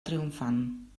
triomfant